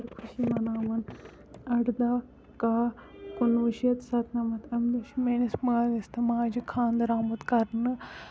اَمہِ خٲطرٕ خۄشی مَناوان اَرٕدہ کاہ کُنوُہ شیٚتھ سَتنَمَتھ اَمہِ دۄہ چھُ میٲنِس مٲلِس تہٕ ماجی خاندر آمُت کرنہٕ